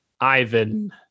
Ivan